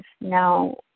Now